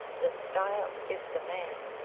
the style is the man,